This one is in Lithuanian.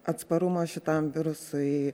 atsparumo šitam virusui